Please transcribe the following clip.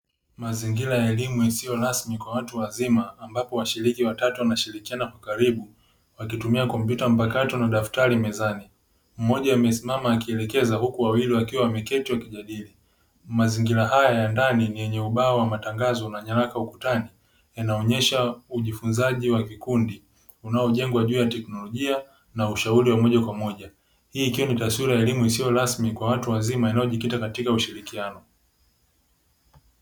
Mazingira ya elimu isiyo rasmi kwa watu wazima ambapo washiriki watatu wanashirikiana kwa karibu wakitumia kompyuta mpakato na daftari mezani, mmoja amesimama akielekeza huku wawili wakiwa wameketi wakijadili, mazingira haya ya ndani ni yenye ubao wa matangazo na nyaraka ukutani yanaonyesha ujifunzaji wa vikundi unao jengwa juu ya teknolojia na ushauri wa moja kwa moja, hii ikiwa ni taswira ya elimu isiyo rasmi kwa watu wazima iliyojikita katika ushirikiano.